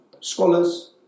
scholars